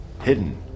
hidden